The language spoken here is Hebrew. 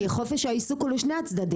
כי חופש העיסוק הוא לשני הצדדים,